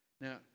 Now